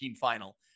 final